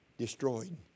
Destroyed